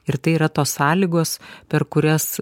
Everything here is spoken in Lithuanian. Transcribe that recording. ir tai yra tos sąlygos per kurias